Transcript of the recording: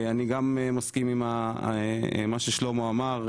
אני מסכים עם מה שאמר חבר הכנסת שלמה קרעי